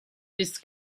this